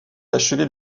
achever